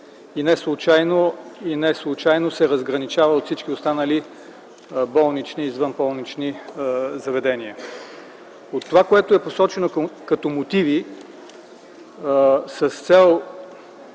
Неслучайно се разграничава от всички останали болнични и извънболнични заведения. Това, което е посочено като мотиви с цел